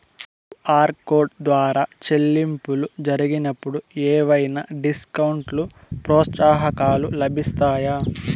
QR code ద్వారా చెల్లింపులు జరిగినప్పుడు ఏవైనా డిస్కౌంట్ లు, ప్రోత్సాహకాలు లభిస్తాయా?